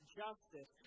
justice